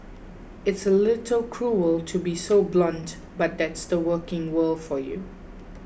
it's a little cruel to be so blunt but that's the working world for you